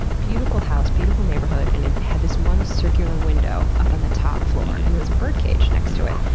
beautiful house, beautiful neighborhood, and it had this one circular window up on the top floor, and there was a bird cage next to it.